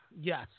yes